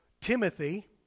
Timothy